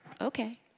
okay